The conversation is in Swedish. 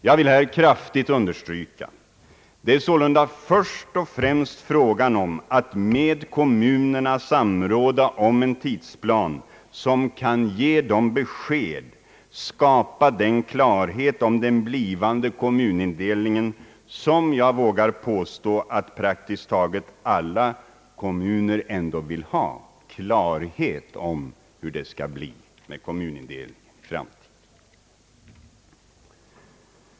Jag vill här kraftigt understryka att det sålunda först och främst är fråga om att samråda med kommunerna om en tidsplan som kan skapa den klarhet om den blivande kommunindelningen som jag vågar påstå att praktiskt taget alla kommuner vill ha.